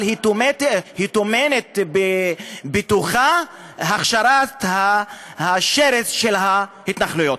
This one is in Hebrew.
אבל היא טומנת בתוכה הכשרת השרץ של ההתנחלויות.